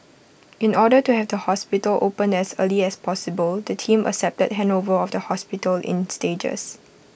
in order to have the hospital opened as early as possible the team accepted handover of the hospital in stages